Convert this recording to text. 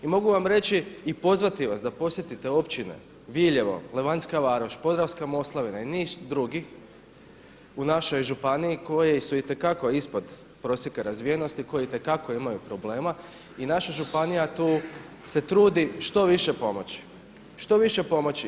I mogu vam reći i pozvati vas posjetite općine Viljevo, Levanjska Varoš, Podravska Moslavina i niz drugih u našoj županiji koje su itekako ispod prosjeka razvijenosti koji itekako imaju problema i naša županija tu se trudi što više pomoći, što više pomoći.